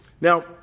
Now